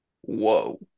whoa